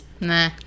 Nah